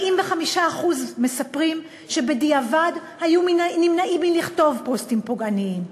45% מספרים שבדיעבד היו נמנעים מלכתוב פוסטים פוגעניים.